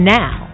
now